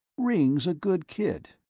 ringg's a good kid,